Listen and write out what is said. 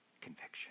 conviction